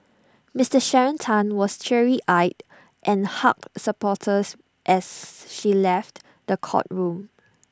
Mister Sharon Tan was teary eyed and hugged supporters as she left the courtroom